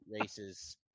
races